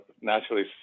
naturally